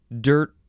dirt